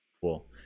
Cool